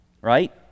Right